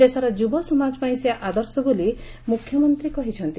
ଦେଶର ଯୁବ ସମାଜ ପାଇଁ ସେ ଆଦର୍ଶ ବୋଲି ମୁଖ୍ୟମନ୍ତୀ କହିଚ୍ଚନ୍ତି